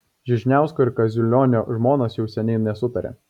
žižniausko ir kaziulionio žmonos jau seniai nesutaria